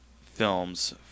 films